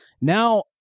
now